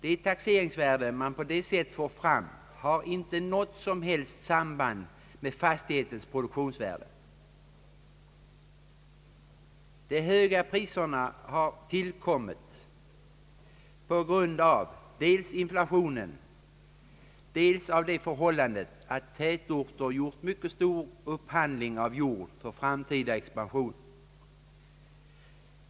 De taxeringsvärden man på det sättet får fram har inte något som helst samband med fastigheternas produktionsvärde. De höga priserna har tillkommit dels på grund av inflationen, dels på grund av att tätorter gjort mycket stor upphandling av jord för framtida expansion.